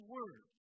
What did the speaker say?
Word